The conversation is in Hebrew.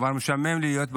כבר משעמם לי להיות בבית,